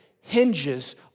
hinges